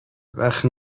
وقت